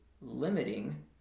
limiting